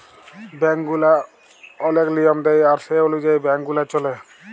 bank গুলা ওলেক লিয়ম দেয় আর সে অলুযায়ী ব্যাংক গুলা চল্যে